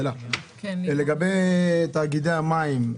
לגבי תאגידי המים,